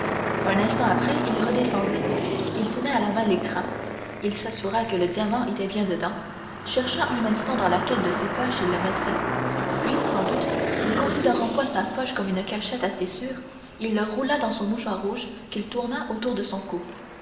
un instant après il redescendit il tenait à la main l'écrin il s'assura que le diamant était bien dedans chercha un instant dans laquelle de ses poches il le mettrait puis sans doute ne considérant point sa poche comme une cachette assez sûre il le roula dans son mouchoir rouge qu'il tourna autour de son cou